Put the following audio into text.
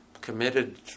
committed